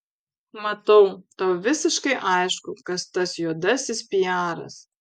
matau tau visiškai aišku kas tas juodasis piaras